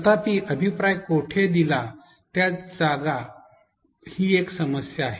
तथापि अभिप्राय कोठे दिला ती जागा ही एक समस्या आहे